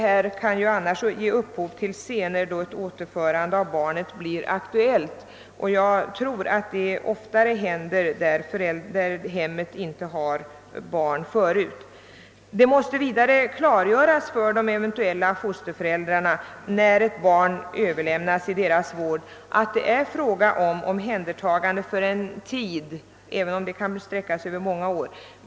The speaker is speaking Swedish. Scener kan annars lätt uppstå vid det tillfälle då ett återförande av barnet blir aktuellt, och detta händer nog oftare i familjer utan egna barn. Vidare måste det när ett barn överlämnas göras klart för de eventuella fosterföräldrarna att det är fråga om ett omhändertagande för en viss tid, även om det kan visa sig bli många år.